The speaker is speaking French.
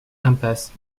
impasse